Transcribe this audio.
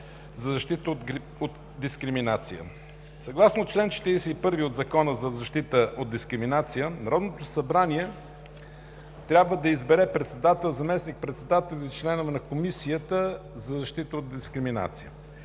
за защита от дискриминация. Съгласно чл. 41 от Закона за защита от дискриминация, Народното събрание трябва да избере председател, заместник- председател и членове на Комисията за защита от дискриминация.